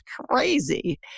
crazy